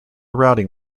routing